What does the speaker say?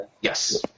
Yes